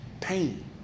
Pain